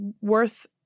worth